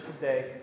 today